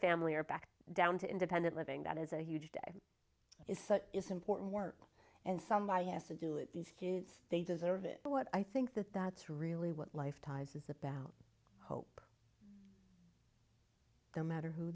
family or back down to independent living that is a huge day is such is important work and somebody has to do it these kids they deserve it but what i think that that's really what life ties is about hope no matter who